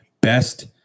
best